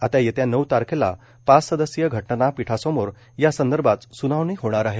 आता येत्या नऊ तारखेला पाच सदस्यीय घटनापीठासमोर यासंदर्भात स्नावणी होणार आहे